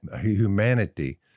humanity